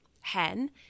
hen